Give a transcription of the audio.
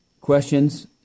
questions